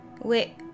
Wait